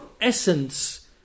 essence